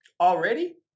already